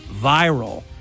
viral